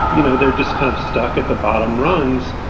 you know, they're just kind of stuck at the bottom rungs,